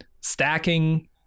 stacking